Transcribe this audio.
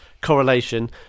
correlation